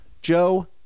Joe